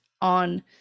on